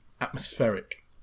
atmospheric